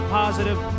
positive